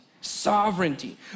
sovereignty